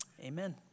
Amen